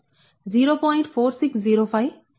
4605log213Dr